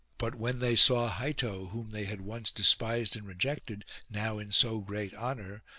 but when they saw heitto, whom they had once despised and rejected, now in so great honour,